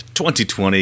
2020